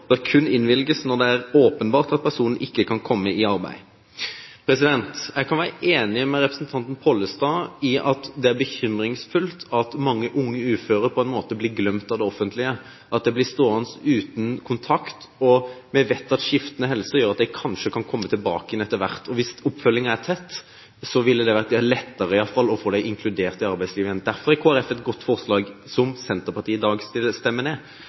bør kun innvilges når det er åpenbart at personen ikke kan komme i arbeid.» Jeg kan være enig med representanten Pollestad i at det er bekymringsfullt at mange unge uføre på en måte blir glemt av det offentlige, at de blir stående uten kontakt. Vi vet at skiftende helse gjør at de kanskje kan komme tilbake igjen etter hvert, og hvis oppfølgingen er tett, ville det iallfall vært lettere å få dem inkludert i arbeidslivet igjen. Derfor har Kristelig Folkeparti et godt forslag, som Senterpartiet i dag stemmer ned.